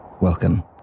welcome